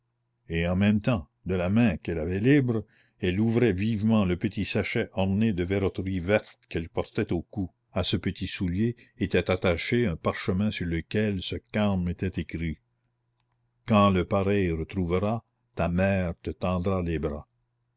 et en même temps de la main qu'elle avait libre elle ouvrait vivement le petit sachet orné de verroterie verte qu'elle portait au cou va va grommelait gudule fouille ton amulette du démon tout à coup elle s'interrompit trembla de tout son corps et cria avec une voix qui venait du plus profond des entrailles ma fille l'égyptienne venait de tirer du sachet un petit soulier absolument pareil à l'autre à ce petit soulier était attaché un parchemin sur lequel ce carme était écrit quand le pareil retrouveras ta mère te tendra les bras